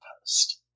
post